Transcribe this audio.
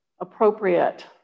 appropriate